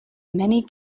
many